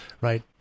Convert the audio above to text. right